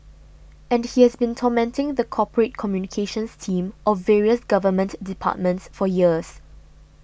and he has been tormenting the corporate communications team of various government departments for years